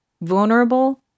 Vulnerable